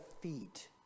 feet